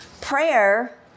Prayer